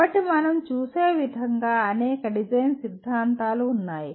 కాబట్టి మనం చూసే విధంగా అనేక డిజైన్ సిద్ధాంతాలు ఉన్నాయి